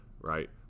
right